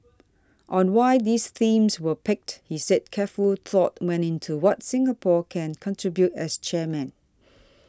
on why these themes were picked he said careful thought went into what Singapore can contribute as chairman